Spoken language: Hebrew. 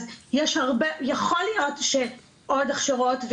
יכול להיות שעוד הכשרות,